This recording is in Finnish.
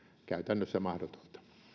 käytännössä mahdotonta